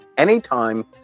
Anytime